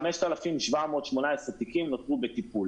5,718 תיקים נותרו בטיפול.